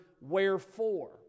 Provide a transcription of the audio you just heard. wherefore